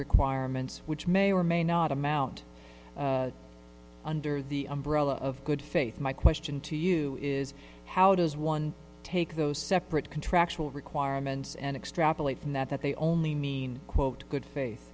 requirements which may or may not amount to the umbrella of good faith my question to you is how does one take those separate contractual requirements and extrapolate from that that they only mean quote good